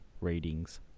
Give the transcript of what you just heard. ratings